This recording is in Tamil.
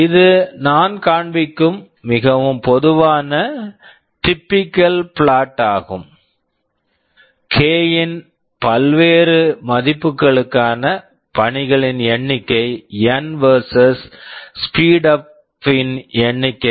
இது நான் காண்பிக்கும் மிகவும் பொதுவான டிபிக்கல் பிளாட் typical plot ஆகும் k ன் பல்வேறு மதிப்புகளுக்கான பணிகளின் எண்ணிக்கை என் N versus versus speedup speedup ன் எண்ணிக்கை